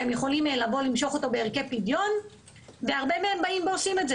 הם יכולים לבוא למשוך אותו בערכי פדיון והרבה מהם באים ועושים את זה.